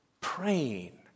praying